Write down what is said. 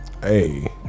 hey